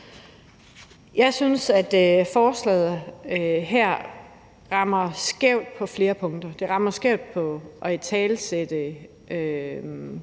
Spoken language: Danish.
Jeg synes, at forslaget her rammer skævt på flere punkter. Det rammer skævt i forhold til